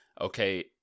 okay